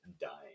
dying